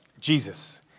Jesus